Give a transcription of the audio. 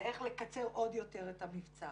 זה איך לקצר עוד יותר את המבצע.